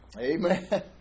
Amen